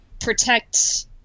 protect